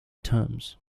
terms